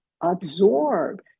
absorb